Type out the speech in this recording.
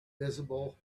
visible